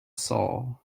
soul